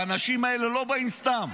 האנשים האלה לא באים סתם,